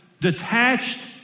detached